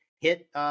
hit